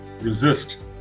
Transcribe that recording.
resist